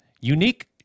unique